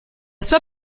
sua